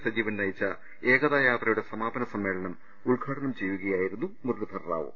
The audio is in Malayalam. സജീവൻ നയിച്ച ഏകതായാത്രയുടെ സമാപന സമ്മേളനം ഉദ്ഘാടനം ചെയ്യുകയായിരുന്നു മുരളീധര റാവു